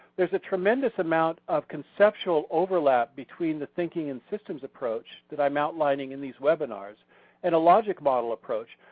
there's a tremendous amount of conceptual overlap between the thinking in systems approach that i'm outlining in these webinars and a logic model approach,